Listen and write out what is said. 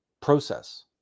process